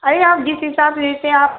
अरे आप जिस हिसाब लेते आप